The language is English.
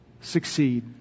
succeed